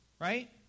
right